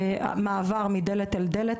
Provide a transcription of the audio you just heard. אנחנו קוראים לזה מעבר מדלת אל דלת,